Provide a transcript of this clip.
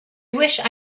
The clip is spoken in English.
wished